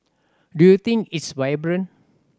do you think it's vibrant